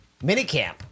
minicamp